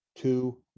two